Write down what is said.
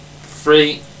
Three